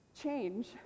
Change